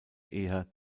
eher